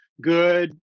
Good